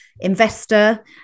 investor